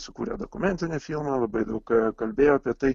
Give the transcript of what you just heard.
sukūrė dokumentinį filmą labai daug kalbėjo apie tai